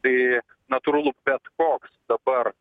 tai natūralu bet koks dabar